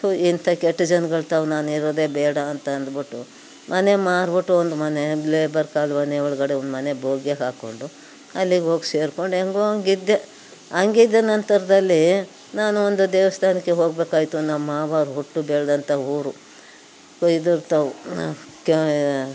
ಥೂ ಇಂಥ ಕೆಟ್ಟ ಜನ್ಗಳು ತಾವು ನಾನು ಇರೋದೇ ಬೇಡ ಅಂತ ಅಂದ್ಬಿಟ್ಟು ಮನೆ ಮಾರಿಬಿಟ್ಟು ಒಂದು ಮನೆ ಮನೆ ಒಳಗಡೆ ಒಂದು ಮನೆ ಭೋಗ್ಯಕ್ಕೆ ಹಾಕೊಂಡು ಅಲ್ಲಿಗೋಗಿ ಸೇರ್ಕೊಂಡು ಹೆಂಗೋ ಹಂಗಿದ್ದೆ ಹಂಗಿದ್ದ ನಂತರದಲ್ಲಿ ನಾನು ಒಂದು ದೇವಸ್ಥಾನಕ್ಕೆ ಹೋಗ್ಬೇಕಾಯಿತು ನಮ್ಮ ಮಾವ ಅವ್ರು ಹುಟ್ಟಿ ಬೆಳೆದಂಥ ಊರು ಬೈದೂರು ತಾವು ಕ